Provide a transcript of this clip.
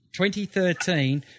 2013